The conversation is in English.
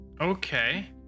Okay